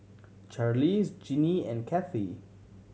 Charlize Jinnie and Cathy